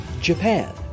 Japan